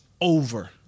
over